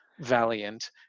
Valiant